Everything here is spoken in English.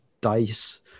Dice